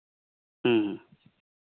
ᱦᱮᱸ